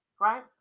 Right